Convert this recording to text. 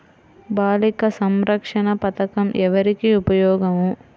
బాలిక సంరక్షణ పథకం ఎవరికి ఉపయోగము?